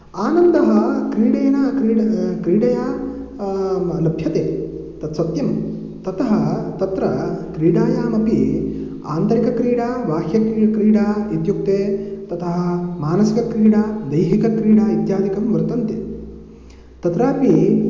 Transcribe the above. आनन्दः क्रीडेन क्रीड् क्रीडया लभ्यते तत्सत्यं ततः तत्र क्रीडायामपि आन्तरिकक्रीडा बाह्यक्रीडा इत्युक्ते ततः मानसिकक्रीडा दैहिकक्रीडा इत्यादिकं वर्तन्ते तत्रापि